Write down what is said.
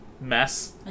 mess